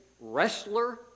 wrestler